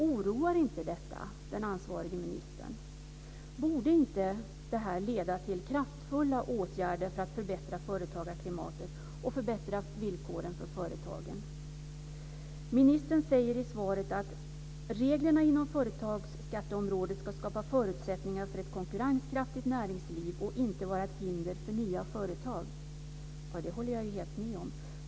Oroar inte detta den ansvarige ministern? Borde inte det här leda till kraftfulla åtgärder för att förbättra företagarklimatet och förbättra villkoren för företagen? Ministern säger i svaret att reglerna inom företagsskatteområdet ska skapa förutsättningar för ett konkurrenskraftigt näringsliv och inte vara ett hinder för nya företag. Det håller jag helt med om.